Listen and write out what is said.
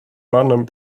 mannen